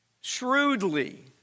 shrewdly